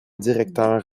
directeur